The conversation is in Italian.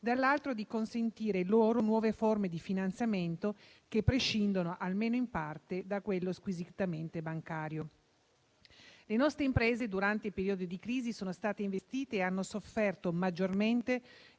dall'altro, di consentire loro nuove forme di finanziamento che prescindono, almeno in parte, da quello squisitamente bancario. Le nostre imprese, durante i periodi di crisi, sono state investite e hanno sofferto maggiormente